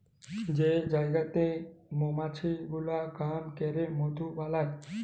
যে জায়গাতে মমাছি গুলা কাম ক্যরে মধু বালাই